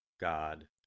God